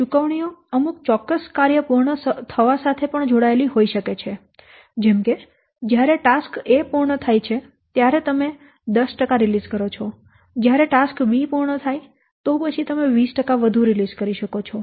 ચુકવણીઓ અમુક ચોક્કસ કાર્ય પૂર્ણ થવા સાથે જોડાયેલી હોઈ શકે છે જેમ કે જ્યારે ટાસ્ક A પૂર્ણ થાય છે ત્યારે તમે 10 ટકા રિલીઝ કરો છો જ્યારે ટાસ્ક B પૂર્ણ થાય તો પછી તમે 20 ટકા વધુ રિલીઝ કરી શકો છો